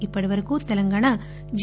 ఇప్పటి వరకు తెలంగాణ జి